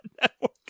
Network